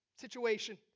situation